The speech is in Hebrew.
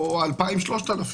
או 2,000 ו-3,000.